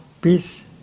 Peace